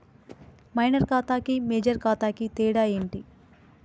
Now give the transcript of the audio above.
Minor ఖాతా కి major ఖాతా కి తేడా ఏంటి?